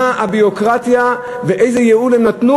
מה הביורוקרטיה ולאיזה ייעול הם הביאו,